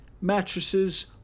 mattresses